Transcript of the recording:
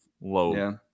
low